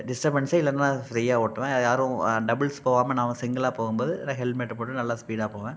டிஸ்டபன்ஸே இல்லைன்னா ஃப்ரீயாக ஓட்டுவேன் அதை யாரும் டபுள்ஸ் போகாம நான் சிங்கிளாக போகும் போது நான் ஹெல்மெட்டை போட்டுகிட்டு நல்லா ஸ்பீடாக போவேன்